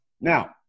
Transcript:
Now